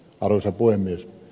arvoisa puhemies